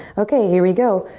okay, here we go.